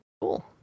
cool